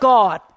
God